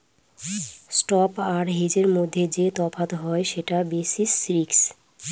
spot আর হেজের মধ্যে যে তফাৎ হয় সেটা বেসিস রিস্ক